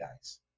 guys